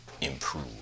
improve